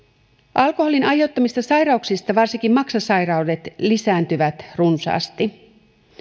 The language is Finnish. alkoholin aiheuttamista sairauksista varsinkin maksasairaudet lisääntyvät runsaasti